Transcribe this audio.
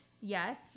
Yes